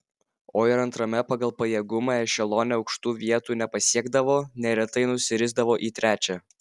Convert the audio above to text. o ir antrame pagal pajėgumą ešelone aukštų vietų nepasiekdavo neretai nusirisdavo į trečią